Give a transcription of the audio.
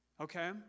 Okay